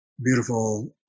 Beautiful